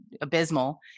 abysmal